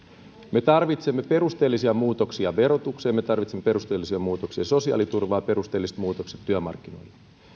me tarvitsemme perusteellisia muutoksia verotukseen me tarvitsemme perusteellisia muutoksia sosiaaliturvaan ja perusteellisia muutoksia työmarkkinoille